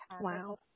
Wow